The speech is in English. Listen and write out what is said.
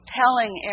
telling